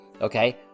Okay